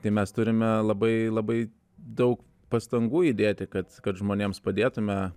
tai mes turime labai labai daug pastangų įdėti kad kad žmonėms padėtume